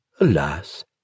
alas